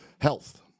Health